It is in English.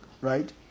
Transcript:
right